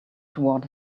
toward